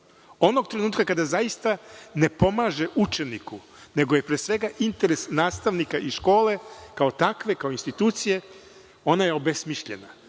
Onog trenutka kada zaista ne pomaže učeniku, nego je, pre svega, interes nastavnika i škole kao takve, kao institucije, ona je obesmišljena.